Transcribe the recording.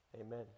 Amen